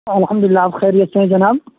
ہاں الحمد للہ آپ خیریت سے ہیں جناب